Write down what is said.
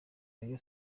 rayon